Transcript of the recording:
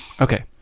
Okay